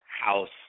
house